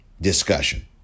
discussion